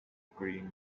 green